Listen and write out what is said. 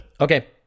Okay